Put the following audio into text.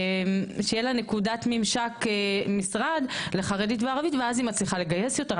שיהיה לה נקודת ממשק משרד לחרדית וערבית ואז היא מצליחה לגייס יותר,